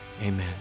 amen